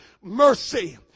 mercy